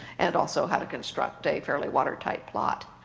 and also how to construct a fairly watertight plot.